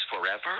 forever